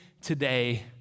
today